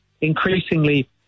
increasingly